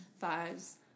Fives